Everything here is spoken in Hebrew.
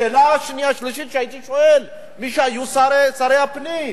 את השאלה השלישית הייתי שואל את מי שהיו שרי הפנים.